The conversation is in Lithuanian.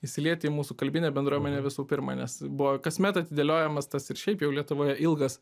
įsilieti į mūsų kalbinę bendruomenę visų pirma nes buvo kasmet atidėliojamas tas ir šiaip jau lietuvoje ilgas